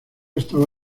estaba